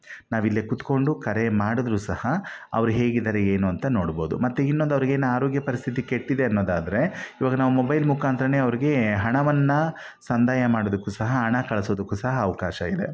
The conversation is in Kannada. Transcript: ನಾವಿಲ್ಲೇ ಕುತ್ಕೊಂಡು ಕರೆ ಮಾಡಿದ್ರು ಸಹ ಅವರು ಹೇಗಿದ್ದಾರೆ ಏನು ಅಂತ ನೋಡ್ಬೋದು ಮತ್ತು ಇನ್ನೊಂದು ಅವರಿಗೆ ಅರೋಗ್ಯ ಪರಿಸ್ಥಿತಿ ಕೆಟ್ಟಿದೆ ಅನ್ನೋದಾದರೆ ಇವಾಗ ನಾವು ಮೊಬೈಲ್ ಮುಖಾಂತ್ರನೇ ಅವರಿಗೆ ಹಣವನ್ನು ಸಂದಾಯ ಮಾಡೋದಕ್ಕೂ ಸಹ ಹಣ ಕಳಿಸೋದಕ್ಕೂ ಸಹ ಅವಕಾಶ ಇದೆ